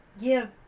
give